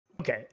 Okay